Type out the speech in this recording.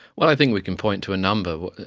well, i think we can point to a number,